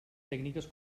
tècniques